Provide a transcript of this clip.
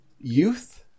Youth